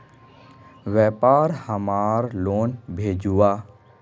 व्यापार हमार लोन भेजुआ?